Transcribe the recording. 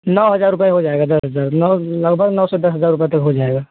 नौ हज़ार रूपये हो जाएगा दस हज़ार नौ लगभग नौ से दस हज़ार रूपये तक हो जाएगा